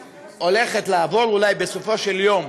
שהולכת לעבור, אולי, בסופו של דבר,